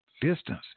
Distance